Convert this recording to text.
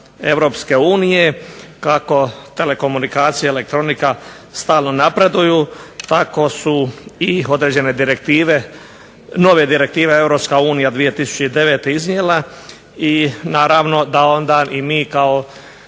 EU. Kako telekomunikacija i elektronika stalno napreduju tako su i određene direktive, nove direktive EU 2009. iznijela i naravno da onda i mi kao